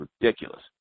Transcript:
ridiculous